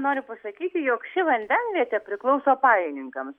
noriu pasakyti jog ši vandenvietė priklauso pajininkams